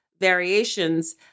variations